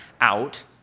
out